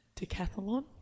Decathlon